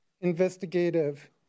investigative